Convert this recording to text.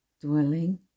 Dwelling